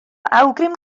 awgrym